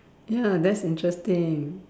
ya that's interesting